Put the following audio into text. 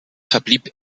verblieb